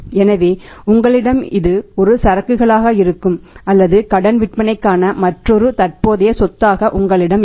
எனவே உங்களிடம் இது ஒரு சரக்குகளாக இருக்கும் அல்லது கடன் விற்பனைக்கான மற்றொரு தற்போதைய சொத்தாக உங்களிடம் இருக்கும்